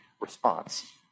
response